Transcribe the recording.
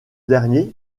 dernier